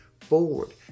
forward